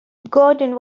gordon